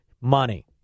Money